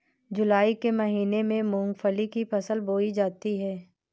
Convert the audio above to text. जूलाई के महीने में मूंगफली की फसल बोई जाती है